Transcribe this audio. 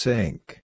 Sink